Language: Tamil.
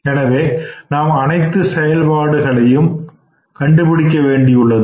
எனவே நாம் அனைத்து செயல்களையும் கண்டுபிடிக்க வேண்டியுள்ளது